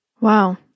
Wow